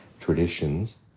traditions